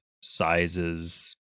sizes